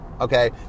okay